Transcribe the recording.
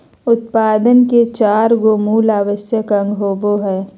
उत्पादन के चार गो मूल आवश्यक अंग होबो हइ